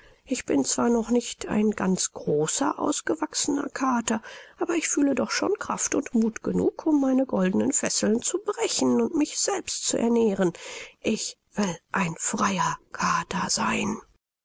ich bin zwar noch nicht ein ganz großer ausgewachsener kater aber ich fühle doch schon kraft und muth genug um meine goldenen fesseln zu brechen und mich selbst zu ernähren ich will ein freier kater sein